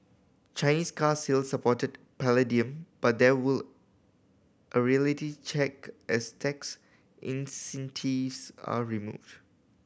Chinese car sales supported palladium but there will a reality check as tax incentives are removed